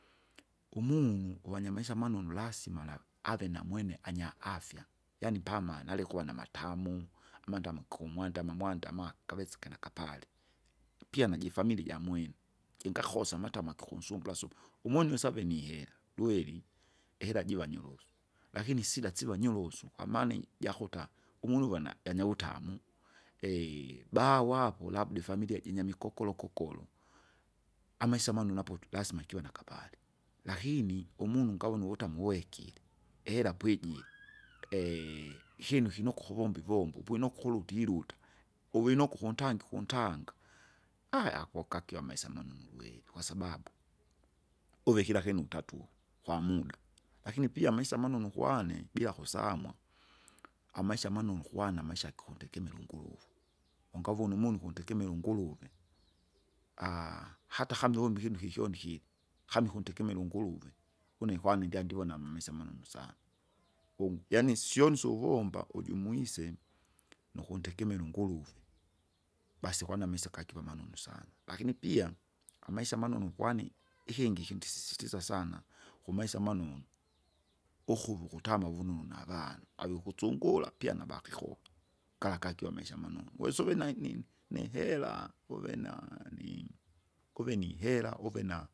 Umunu uwanyamaisha manunu lasima alave ave namwene anya afya, yaani pama nalikuwa namatamu, amandame kumwanda mwandama, kavisike nakapale, pia najifamilia ijamwene, jngakosa amatamaki ukunsumbula subu. Umunu isave nihera, lweri, ihera jiva nyorosu, lakini sila sira siva nyorosu, kwamaana ijakuta, umunu ivona anyavutamu, bawa hapo labda ifamilia jinyamikokolo kokolo, amaisa manunu apotu lazima kiwe nakapale. Lakini umunu ungavona uvutamu wekile, ihera pwejile ikyinu kinokwa ukuvomba ivombo pwinuku ukutiluta, uwinuke ukuntange kuntanga ako kakiwa amaisa manunu werikwasababu, uve kira kinu utatuwa kwamuda. Lakini pia amaisama manunu kwane bila kusamwa, amaisha manunu kwane amaisha kikuntegemera unguruvu ungavuna umunu ukundegemera unguruve hata kama uvomba ikinu kikyoni kire, kama ikuntegemera unguruve, une kwane ndyandivona mmisi amanunu sana, u- yaani syoni syuvumba uju umwise, nukuntekemere unguruve, basi ukwana amisikakiva manunu sana. Lakini pia amaisha kwani ikingi kyi ndisisitiza sana, kumaisa amanonu ukuva ukutama vununu navanu aviukusungura pia navakikolo, gala gakio amaisha. Wes uve nai- ni- nihera, uve na- ni uve ni hera uve na.